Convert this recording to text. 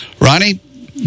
Ronnie